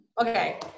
Okay